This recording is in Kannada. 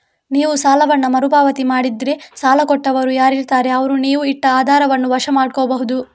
ನೀವು ಸಾಲವನ್ನ ಮರು ಪಾವತಿ ಮಾಡದಿದ್ರೆ ಸಾಲ ಕೊಟ್ಟವರು ಯಾರಿರ್ತಾರೆ ಅವ್ರು ನೀವು ಇಟ್ಟ ಆಧಾರವನ್ನ ವಶ ಮಾಡ್ಕೋಬಹುದು